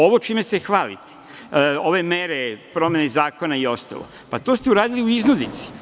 Ovo čime se hvalite, ove mere, promene zakona i ostalo, pa to ste radili u iznudici.